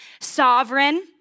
sovereign